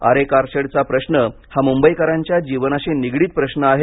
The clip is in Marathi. आरे कारशेडचा प्रश्न हा मुंबईकरांच्या जीवनाशी निगडित प्रश्न आहे